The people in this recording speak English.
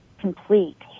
complete